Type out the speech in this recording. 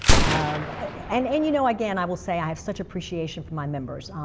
um and and you know, again, i will say i have such appreciation for my members.